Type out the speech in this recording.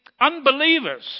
unbelievers